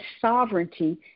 sovereignty